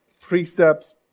precepts